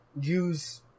use